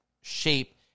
shape